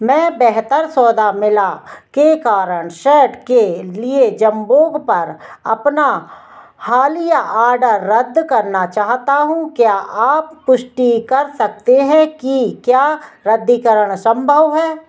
मैं बेहतर सौदा मिला कर कारण शर्ट के लिए जंबोग पर अपना हालिया आर्डर रद्द करना चाहता हूँ क्या आप पुष्टि कर सकते हैं कि क्या रद्दीकरण संभव है